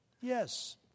Yes